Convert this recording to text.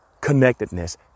connectedness